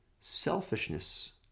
selfishness